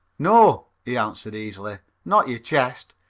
no, he answered easily, not your chest,